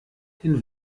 den